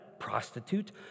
prostitute